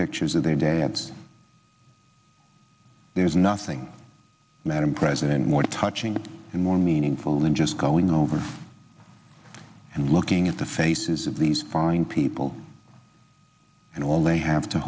pictures of the day and there's nothing madam president more touching and more meaningful than just going over and looking at the faces of these fine people and all they have to